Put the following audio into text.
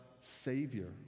Savior